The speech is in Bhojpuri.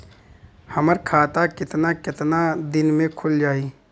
हमर खाता कितना केतना दिन में खुल जाई?